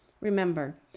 Remember